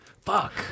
Fuck